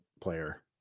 player